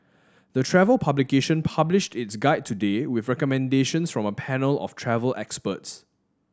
the travel publication published its guide today with recommendations from a panel of travel experts